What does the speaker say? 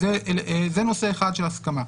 אז זה נושא אחד של הסכמה.